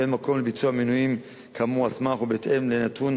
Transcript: אין מקום לביצוע מינויים כאמור על סמך ובהתאם לנתון